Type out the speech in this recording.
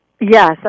Yes